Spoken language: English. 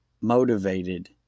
motivated